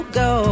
go